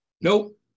Nope